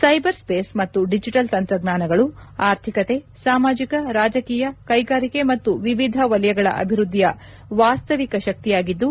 cyberspace ಮತ್ತು digital ತಂತ್ರಜ್ಞಾನಗಳು ಆರ್ಥಿಕತೆ ಸಾಮಾಜಿಕ ರಾಜಕೀಯ ಕೈಗಾರಿಕೆ ಮತ್ತು ವಿವಿಧ ವಲಯಗಳ ಅಭಿವೃದ್ಧಿಯ ವಾಸ್ತವಿಕ ಶಕ್ತಿಯಾಗಿದ್ದು